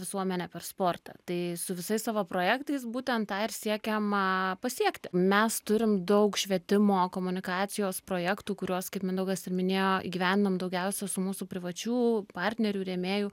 visuomenę per sportą tai su visais savo projektais būtent tą ir siekiama pasiekti mes turim daug švietimo komunikacijos projektų kuriuos kaip mindaugas ir minėjo įgyvendinam daugiausia su mūsų privačių partnerių rėmėjų